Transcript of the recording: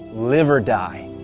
live or die.